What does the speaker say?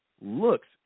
looks